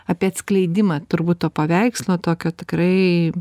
apie atskleidimą turbūt to paveikslo tokio tikrai